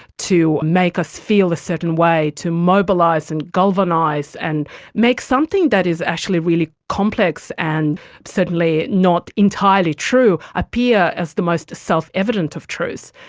to make us feel a certain way, to mobilise and galvanise and make something that is actually really complex and certainly not entirely true appear as the most self-evident of truths.